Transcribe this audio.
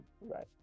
Right